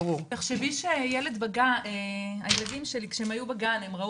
תחשבי שהילדים שלי כשהם היו בגן הם ראו